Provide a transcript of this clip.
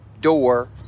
door